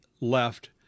left